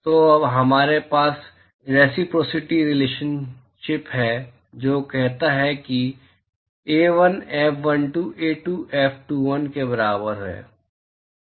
तो अब हमारे पास रेसिप्रोसिटी रिलेशनशिप है जो कहता है कि A1 F12 A2 F21 के बराबर है